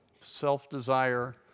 self-desire